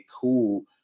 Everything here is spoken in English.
cool